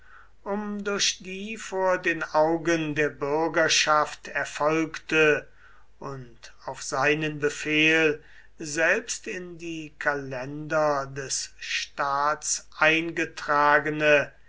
um durch die vor den augen der bürgerschaft erfolgte und auf seinen befehl selbst in die kalender des staats eingetragene